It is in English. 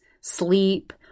sleep